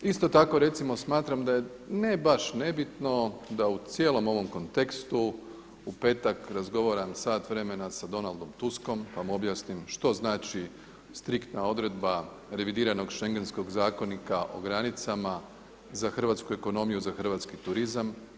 Isto tako recimo smatram da je ne baš nebitno da u cijelom ovom kontekstu u petak razgovaram sat vremena sa Donaldom Tuskom da mu objasnim što znači striktna odredba revidirano schengenskog zakonika o granicama za hrvatsku ekonomiju, za hrvatski turizam.